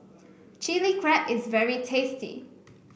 Chili Crab is very tasty